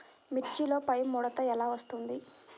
మిర్చిలో పైముడత ఎలా వస్తుంది?